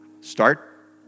start